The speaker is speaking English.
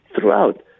throughout